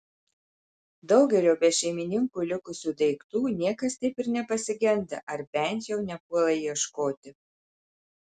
daugelio be šeimininkų likusių daiktų niekas taip ir nepasigenda ar bent jau nepuola ieškoti